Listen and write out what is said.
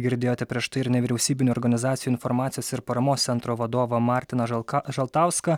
girdėjote prieš tai ir nevyriausybinių organizacijų informacijos ir paramos centro vadovą martiną žalką žaltauską